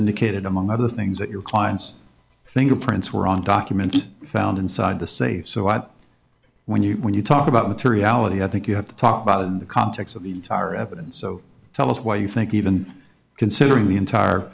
indicated among other things that your clients think the prints were on document found inside the safe so i when you when you talk about materiality i think you have to talk about in the context of the entire evidence so tell us why you think even considering the entire